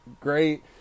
great